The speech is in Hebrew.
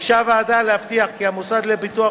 ביקשה הוועדה להבטיח כי המוסד לביטוח